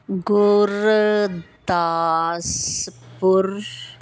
Gurdaspur